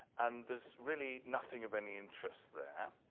and there's really nothing of any interest there.